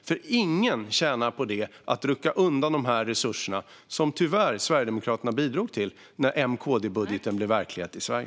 Ingen tjänar på att dessa resurser rycks undan, vilket Sverigedemokraterna tyvärr bidrog till när M-KD-budgeten blev verklighet i Sverige.